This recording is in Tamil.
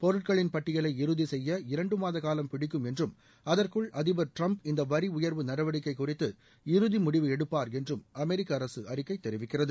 பொருட்களின் பட்டியலை இறுதி செய்ய இரண்டு மாத காலம் பிடிக்கும் என்றும் அதற்குள் அதிபர் டிரம்ப் இந்த வரி உயர்வு நடவடிக்கை குறித்து இறுதி முடிவு எடுப்பார் என்றும் அமெரிக்க அரசு அறிக்கை தெரிவிக்கிறது